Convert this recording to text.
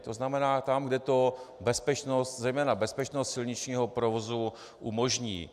To znamená tam, kde to bezpečnost zejména bezpečnost silničního provozu umožní.